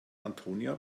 antonia